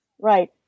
Right